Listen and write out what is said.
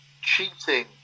cheating